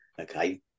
Okay